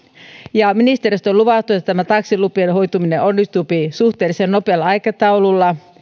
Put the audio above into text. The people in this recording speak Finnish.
ja ministeriöstä on luvattu että tämä taksilupien hoituminen onnistuu suhteellisen nopealla aikataululla he